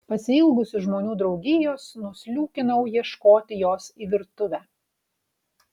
pasiilgusi žmonių draugijos nusliūkinau ieškoti jos į virtuvę